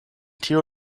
tiu